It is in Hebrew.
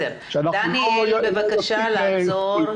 דניאל, הבנו, בבקשה לעצור.